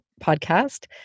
podcast